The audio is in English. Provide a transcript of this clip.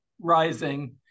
rising